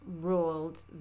ruled